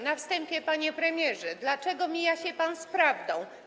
Na wstępie, panie premierze: Dlaczego mija się pan z prawdą?